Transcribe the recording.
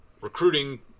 recruiting